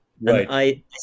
Right